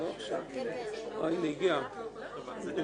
חמש דקות התייעצות